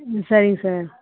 ம் சரிங்க சார்